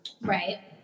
Right